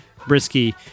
Brisky